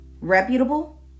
reputable